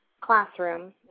classroom